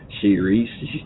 series